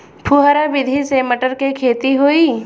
फुहरा विधि से मटर के खेती होई